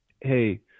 hey